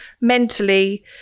mentally